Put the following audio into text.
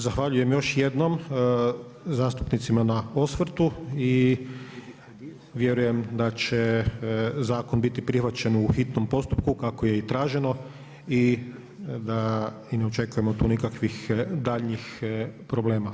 Zahvaljujem još jednom zastupnicima na osvrtu i vjerujem da će zakon biti prihvaćen u hitnom postupku kako je i traženo i da ne očekujemo tu nikakvih daljih problema.